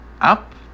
Up